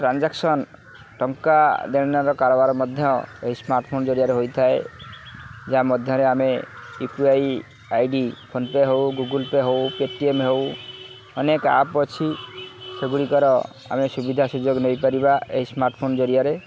transaction ଟଙ୍କା ଦେଣନେଣର କାରବାର ମଧ୍ୟ ଏହି ସ୍ମାର୍ଟଫୋନ୍ ଜରିଆରେ ହୋଇଥାଏ ଯା ମଧ୍ୟରେ ଆମେ U P I I D PhonePe ହଉ ଗୁଗୁଲ୍ ପେ ହେଉ ପେଟିଏମ୍ ହେଉ ଅନେକ ଆପ୍ ଅଛି ସେଗୁଡ଼ିକର ଆମେ ସୁବିଧା ସୁଯୋଗ ନେଇପାରିବା ଏହି ସ୍ମାର୍ଟଫୋନ୍ ଜରିଆରେ